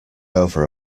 over